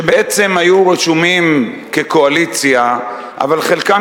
שבעצם היו רשומים כקואליציה אבל חלקם